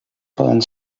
poden